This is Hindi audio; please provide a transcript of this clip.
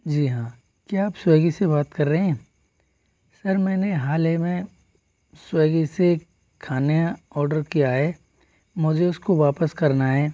जी हाँ क्या आप स्वेग्गी से बात कर रहे है सर मैंने हाल ही में स्वेग्गी से खाने का ऑर्डर किया है मुझे उसको वापस करना है